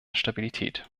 stabilität